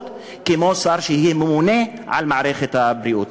כמו שר שיהיה ממונה על מערכת הבריאות.